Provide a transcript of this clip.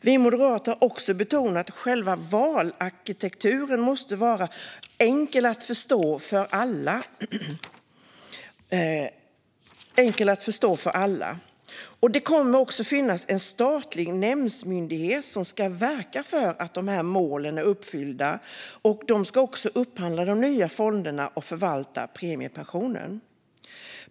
Vi moderater har också betonat att själva valarkitekturen måste vara enkel att förstå för alla. Det kommer att finnas en statlig myndighet, en nämnd, som ska verka för att dessa mål är uppfyllda, och den ska också upphandla de nya fonderna och förvalta premiepensionen.